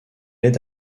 aide